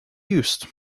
used